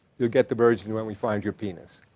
you'll get the virgins when we find your penis.